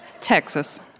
Texas